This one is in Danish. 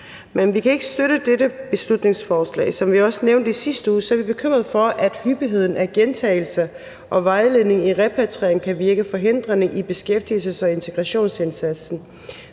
men vi kan ikke støtte dette beslutningsforslag. Som vi også nævnte i sidste uge, er vi bekymrede for, at hyppigheden af gentagelser og vejledning i repatriering kan virke forhindrende i beskæftigelses- og integrationsindsatsen.